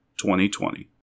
2020